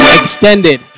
extended